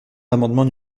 l’amendement